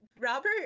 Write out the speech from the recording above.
Robert